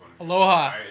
Aloha